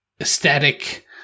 aesthetic